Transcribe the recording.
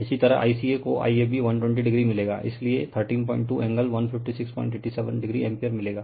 इसी तरह ICA को IAB 120o मिलेगा इसीलिए 132 एंगल 15687o एम्पीयर मिलेगा